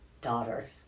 daughter